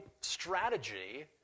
strategy